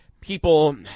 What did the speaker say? people –